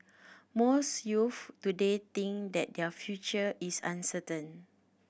most youths today think that their future is uncertain